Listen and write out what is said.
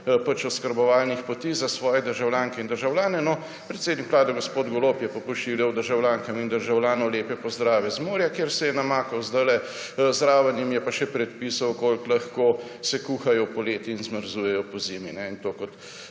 oskrbovalnih poti za svoje državljanke in državljane. No, predsednik vlade gospod Golob je pa pošiljal državljankam in državljanom lepe pozdrave z morja, kjer se je zdajle namakal, zraven jim je pa še predpisal, koliko lahko kuhajo poleti in zmrzujejo pozimi. In to kot